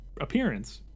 appearance